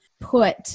put